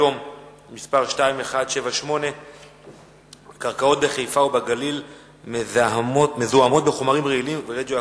לנושא: קרקעות בחיפה ובגליל מזוהמות בחומרים רעילים ורדיואקטיביים,